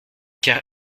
car